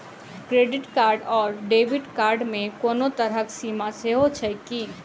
Credit card आओर debit card मे कोनो तरहक सीमा सेहो छैक की?